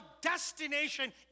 destination